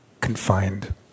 confined